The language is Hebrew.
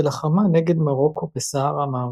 שלחמה נגד מרוקו בסהרה המערבית,